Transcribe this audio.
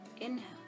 inhale